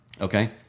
Okay